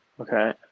Okay